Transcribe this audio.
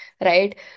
right